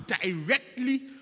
directly